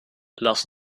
lass